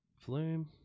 Flume